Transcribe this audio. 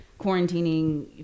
quarantining